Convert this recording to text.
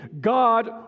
God